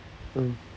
mm